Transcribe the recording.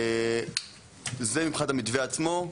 זה מבחינת המתווה עצמו.